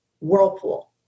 whirlpool